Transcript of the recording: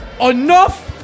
Enough